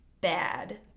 bad